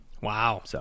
Wow